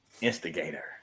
instigator